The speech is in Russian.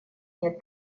нет